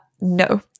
No